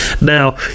Now